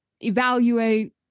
evaluate